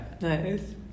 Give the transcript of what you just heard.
Nice